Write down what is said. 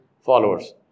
followers